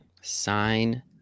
Sign